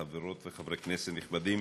חברות וחברי כנסת נכבדים,